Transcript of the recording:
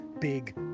big